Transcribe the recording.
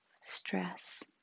stress